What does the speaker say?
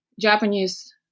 Japanese